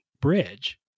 bridge